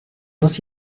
нас